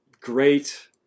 great